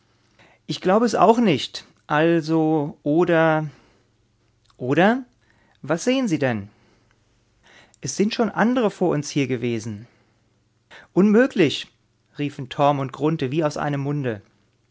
ich glaub es auch nicht also oder oder was sehen sie denn es sind schon andere vor uns hier gewesen unmöglich riefen torm und grunthe wie aus einem munde